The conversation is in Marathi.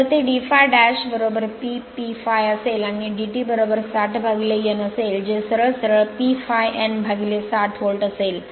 तर ते d∅ डॅश P P ∅ असेल आणि dt 60 N असेल जे सरळ सरळ P ∅ N 60 व्होल्ट असेल